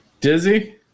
Dizzy